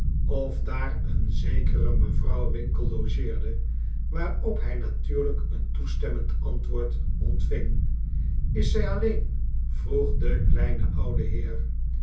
of daar een zekere mevrouw winkle logeerde waarop hij natuurlijk een toestemmend antwoord ontving is zij alleen vroeg de kleine oude heer